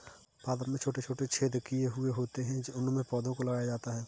pipe में छोटे छोटे छेद किए हुए होते हैं उनमें पौधों को लगाया जाता है